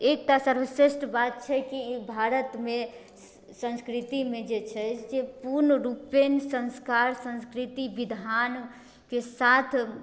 एकटा सर्वश्रेष्ठ बात छै कि ई भारतमे संस्कृतिमे जे छै जे पूर्ण रूपेण संस्कार संस्कृति विधानके साथ